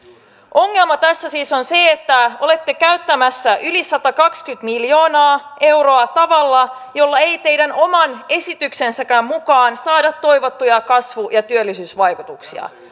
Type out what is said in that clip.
ongelma tässä siis on se että olette käyttämässä yli satakaksikymmentä miljoonaa euroa tavalla jolla ei teidän oman esityksennekään mukaan saada toivottuja kasvu ja työllisyysvaikutuksia